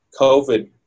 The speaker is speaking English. COVID